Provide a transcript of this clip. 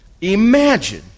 Imagine